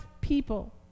people